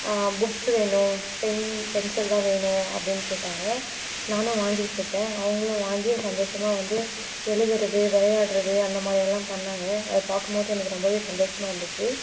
books வேணும் pen பென்சில்லாம் வேணும் அப்படின் கேட்டாங்க நானும் வாங்கி கொடுத்தேன் அவங்களும் வாங்கி சந்தோஷமாக வந்து எழுதுகிறது விளையாடுகிறது அந்த மாதிரியெல்லாம் பண்ணாங்க அது பார்க்கும் போது எனக்கு ரொம்பவே சந்தோஷமாக இருந்துச்சு